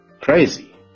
crazy